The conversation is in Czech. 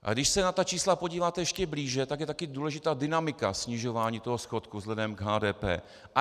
A když se na ta čísla podíváte ještě blíže, tak je taky důležitá dynamika snižování toho schodku vzhledem k HDP.